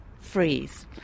freeze